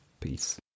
Peace